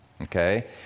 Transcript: okay